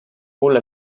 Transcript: mulle